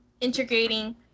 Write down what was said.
integrating